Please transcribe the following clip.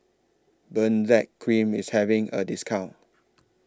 Benzac Cream IS having A discount